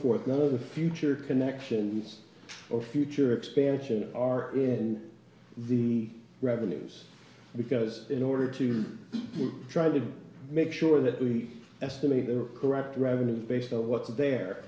forth none of the future connections or future expansion are in the revenues because in order to try to make sure that we estimate their correct revenue based on what